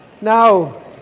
Now